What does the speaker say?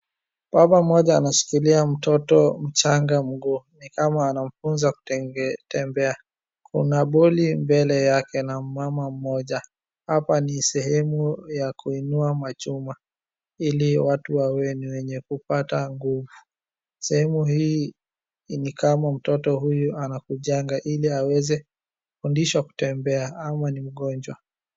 Baba mmoja anashikilia mtoto mchanga mguu ni kama anamfunza kutembea kuna boli mbele yake na mama mmoja. Hapa ni sehemu ya kuinua machuma ili watu wawe ni wenye kupata nguvu sehemu hii ni kama mtoto huyu anakuja ili aweze kufundishwa kutembea ama ni mgonjwa.